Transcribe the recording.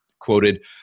quoted